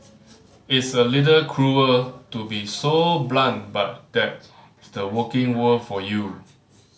it's a little cruel to be so blunt but that's the working world for you